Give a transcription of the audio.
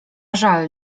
żal